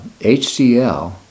HCL